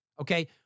Okay